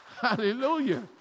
Hallelujah